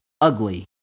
ugly